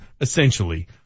essentially